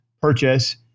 purchase